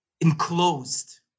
enclosed